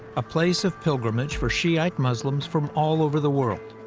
a place of pilgrimage for shiite muslims from all over the world,